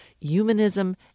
Humanism